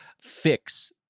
fix